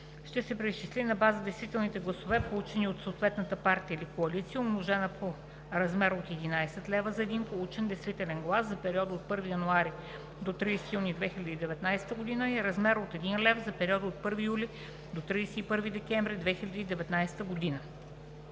ще се преизчисли на базата на действителните гласове, получени от съответната партия или коалиция, умножен по размер от 11 лв. за един получен действителен глас за периода от 1 януари до 30 юни 2019 г. и размер от 1 лв. за периода от 1 юли до 31 декември 2019 г.